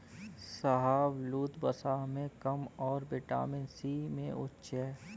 शाहबलूत, वसा में कम और विटामिन सी में उच्च है